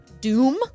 doom